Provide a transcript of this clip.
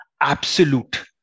absolute